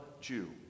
Jew